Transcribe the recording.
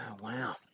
wow